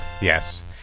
Yes